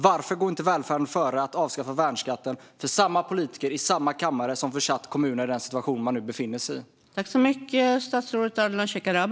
Varför går inte välfärden före att avskaffa värnskatten för samma politiker i samma kammare som försatt kommunerna i den situation de nu befinner sig i?